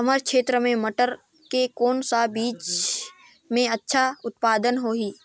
हमर क्षेत्र मे मटर के कौन सा बीजा मे अच्छा उत्पादन होही?